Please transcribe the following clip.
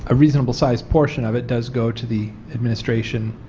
ah reasonable sized portion of it does go to the administration,